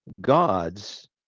gods